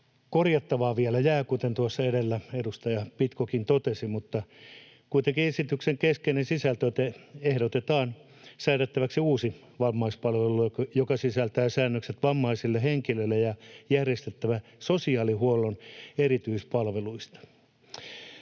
korjattavaa vielä jää, kuten tuossa edellä edustaja Pitkokin totesi, mutta kuitenkin esityksen keskeinen sisältö on, että ehdotetaan säädettäväksi uusi vammaispalvelulaki, joka sisältää säännökset vammaisille henkilöille järjestettävistä sosiaalihuollon erityispalveluista.